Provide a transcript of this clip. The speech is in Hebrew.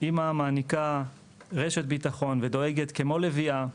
אמא מעניקה, רשת ביטחון ודואגת כמו לביאה,